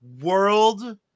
World